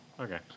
Okay